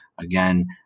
again